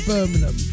Birmingham